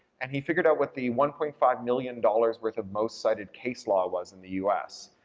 and he figured out what the one point five million dollars worth of most cited case law was in the u s.